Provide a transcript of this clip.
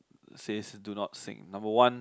says do not sing number one